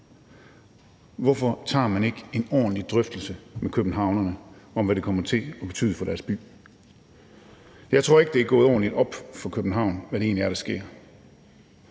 Hvorfor tager man ikke en ordentlig drøftelse med københavnerne om, hvad det kommer til at betyde for deres by? Jeg tror ikke, det er gået ordentligt op for København, hvad det egentlig er, der sker.